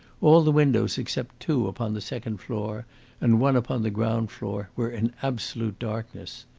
all the windows except two upon the second floor and one upon the ground floor were in absolute darkness,